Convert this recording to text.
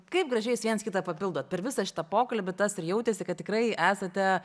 kaip gražiai jūs viens kitą papildot per visą šitą pokalbį tas ir jautėsi kad tikrai esate